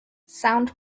sound